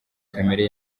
kamere